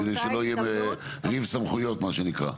כדי שלא יהיה ריב סמכויות מה שנקרא.